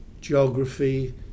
geography